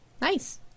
Nice